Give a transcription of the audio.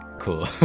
cool.